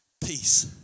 peace